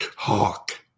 talk